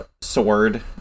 sword